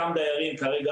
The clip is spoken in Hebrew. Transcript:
אותם דיירים כרגע,